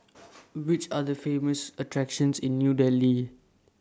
Which Are The Famous attractions in New Delhi